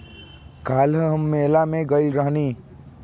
काल्ह हम मेला में गइल रहनी